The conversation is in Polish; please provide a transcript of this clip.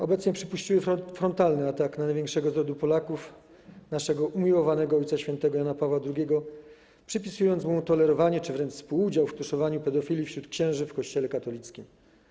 Obecnie przypuściły frontalny atak na największego z rodu Polaków, naszego umiłowanego ojca św. Jana Pawła II, przypisując mu tolerowanie czy wręcz współudział w tuszowaniu pedofilii wśród księży w Kościele katolickim.